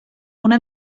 una